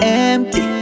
empty